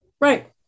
Right